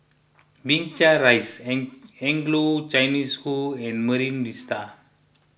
Binchang Rise Anglo Chinese School and Marine Vista